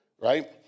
right